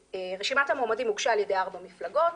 רשימת המועמדים הוגשה על ידי ארבע מפלגות.